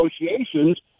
negotiations